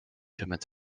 chemins